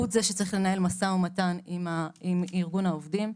הוא זה שצריך לנהל משא ומתן עם ארגון העובדים.